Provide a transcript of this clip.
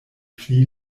pli